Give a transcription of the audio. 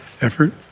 effort